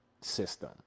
system